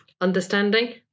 understanding